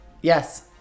Yes